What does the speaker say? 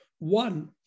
One